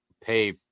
pay